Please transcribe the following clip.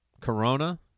Corona